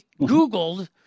Googled